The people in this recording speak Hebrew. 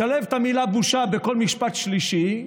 לשלב את המילה "בושה" בכל משפט שלישי,